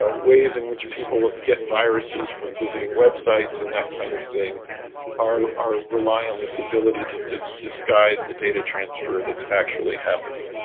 ah ways in which people will get viruses from visiting websites and that kind of thing are are rely on this ability to to disguise the data transfer. that's actually happening